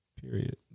Period